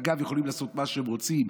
מג"ב יכולים לעשות מה שהם רוצים?